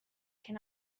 can